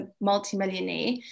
multimillionaire